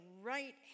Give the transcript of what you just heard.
right